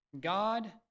God